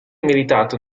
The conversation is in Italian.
militato